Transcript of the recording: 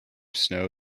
snow